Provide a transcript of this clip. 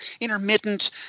intermittent